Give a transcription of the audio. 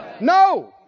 No